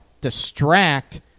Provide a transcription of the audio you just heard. distract